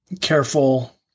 careful